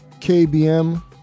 KBM